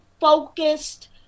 focused